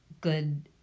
good